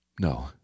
No